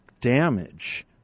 damage